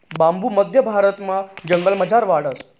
बांबू मध्य भारतमा जंगलमझार वाढस